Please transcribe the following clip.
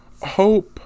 hope